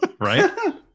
right